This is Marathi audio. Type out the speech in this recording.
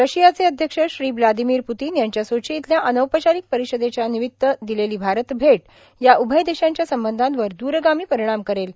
रशियाचे अध्यक्ष श्री ब्लादिमीर पुतीन यांच्या सोची इथल्या अनौपचारिक परिषदेच्या निमित्त दिलेली भारत भेट या उभय देशांच्या संबंधांवर दूरगामी परिणाम करेल